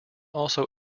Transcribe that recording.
also